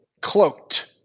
cloaked